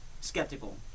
skeptical